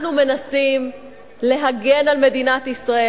אנחנו מצביעים כמו הממשלה.